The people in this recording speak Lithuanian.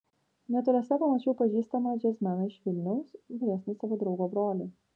netoliese pamačiau pažįstamą džiazmeną iš vilniaus vyresnį savo draugo brolį